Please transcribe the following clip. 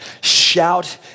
shout